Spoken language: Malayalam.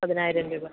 പതിനായിരം രൂപ